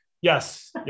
yes